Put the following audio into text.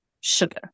sugar